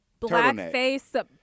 blackface